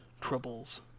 troubles